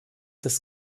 des